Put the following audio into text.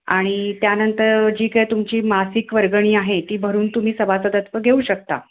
आणि त्यानंतर जी काय तुमची मासिक वर्गणी आहे ती भरून तुम्ही सभासदत्व घेऊ शकता